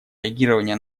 реагирования